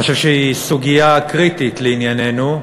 אני חושב שזו סוגיה קריטית לענייננו.